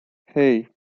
hei